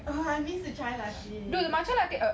!wah! I miss the chai